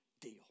deal